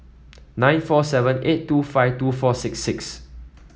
nine four seven eight two five two four six six